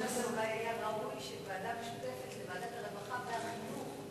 בנושא הזה אולי היה ראוי שוועדה משותפת לוועדת הרווחה ולוועדת החינוך,